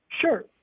Sure